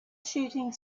shooting